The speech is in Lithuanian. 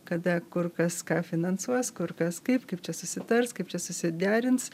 kada kur kas ką finansuos kur kas kaip kaip čia susitars kaip čia susiderins